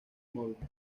móviles